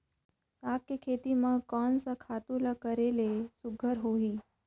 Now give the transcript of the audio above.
साग के खेती म कोन स खातु ल करेले सुघ्घर होही?